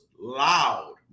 loud